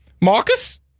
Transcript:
Marcus